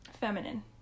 feminine